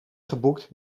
geboekt